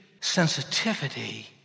sensitivity